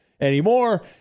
anymore